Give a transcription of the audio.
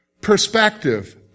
perspective